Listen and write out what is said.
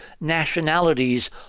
nationalities